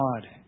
God